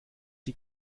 die